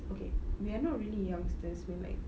okay we are not really youngsters we're like